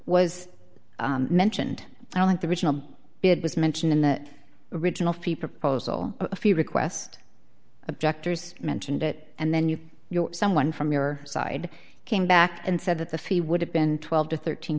was mentioned at all and the original bid was mentioned in the original fee proposal a few request objectors mentioned it and then you you know someone from your side came back and said that the fee would have been twelve to thirteen